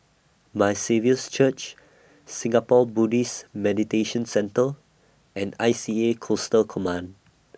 My Saviour's Church Singapore Buddhist Meditation Centre and I C A Coastal Command